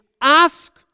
ask